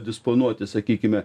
disponuoti sakykime